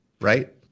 Right